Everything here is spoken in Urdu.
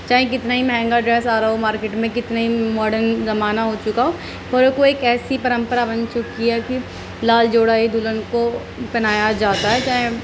چاہے کتنا ہی مہنگا ڈریس آ رہا ہو مارکیٹ میں کتنے ہی ماڈن زمانہ ہو چکا ہو پر کوئی کیسی پرمپرا بن چکی ہے کہ لال جوڑا ہی دلہن کو پنہایا جاتا ہے چاہے